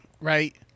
right